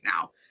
now